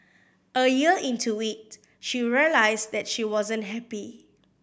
a year into it she realised that she wasn't happy